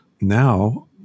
Now